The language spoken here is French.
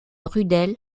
rudel